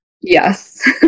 Yes